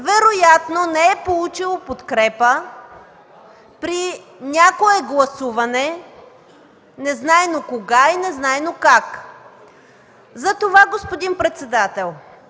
вероятно не е получило подкрепа при някое гласуване, незнайно кога и незнайно как. Затова, господин председател,